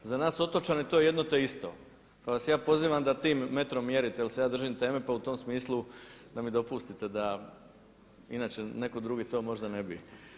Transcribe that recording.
Za nas otočane je to jedno te isto, pa vas ja pozivam da tim metrom mjerite jer se ja držim teme, pa u tom smislu da mi dopustite da inače netko drugi to možda ne bi.